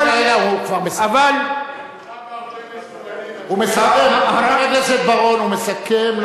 כרוכה בהרבה מזומנים, חבר הכנסת בר-און, הוא מסכם.